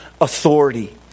authority